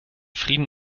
frieden